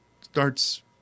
starts